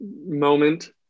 moment